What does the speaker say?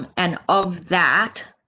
and of that.